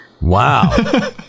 Wow